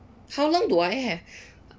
how long do I have